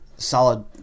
solid